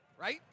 right